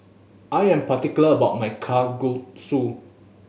I am particular about my Kalguksu